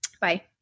Bye